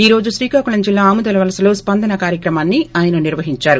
ఈ రోజు శ్రీకాకుళం జిల్లా ఆమొదాలవలసలో స్పందన కార్యక్రమాన్ని ఆయన నిర్వహించారు